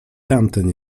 tamten